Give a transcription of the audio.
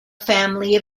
family